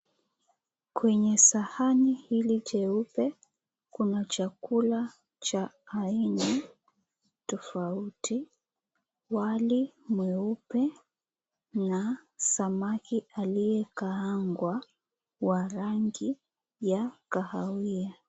Kwenye sahani hili jeupe kuna chakula cha aina tofauti wali mweupe na samaki aliye kaangwa wa rangi ya kahawia.